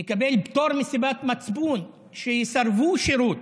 לקבל פטור מסיבת מצפון, שיסרבו שירות.